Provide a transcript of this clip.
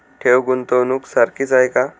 ठेव, गुंतवणूक सारखीच आहे का?